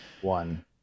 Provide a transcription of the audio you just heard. One